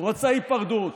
רוצה היפרדות.